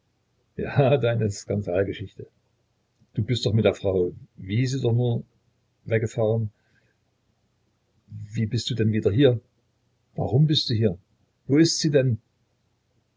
ja deine skandalgeschichte du bist doch mit der frau wie heißt sie doch nur weggefahren wie bist du denn wieder hier warum bist du hier wo ist sie denn